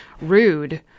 rude